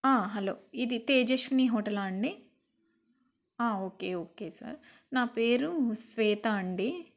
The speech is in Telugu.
హలో ఇది తేజశ్విని హోటలా అండి ఓకే ఓకే సర్ నా పేరు శ్వేత అండి